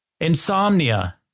Insomnia